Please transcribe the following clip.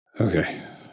Okay